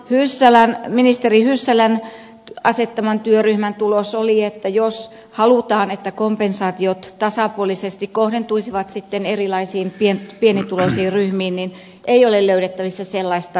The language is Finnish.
hyssälä ministeri hyssälän asettaman työryhmän tulos oli että jos sitten halutaan että kompensaatiot tasapuolisesti kohdentuisivat erilaisiin pienituloisiin ryhmiin niin ei ole löydettävissä sellaista ratkaisua